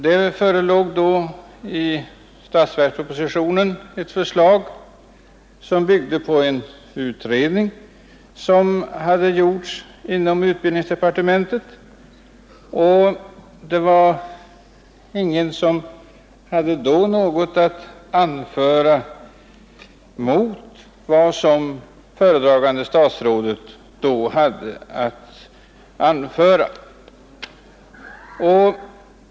Det förelåg då i statsverkspropositionen ett förslag som byggde på en utredning, vilken hade gjorts inom utbildningsdepartementet, och det var ingen som vid det tillfället hade något att invända mot vad föredragande statsrådet anförde.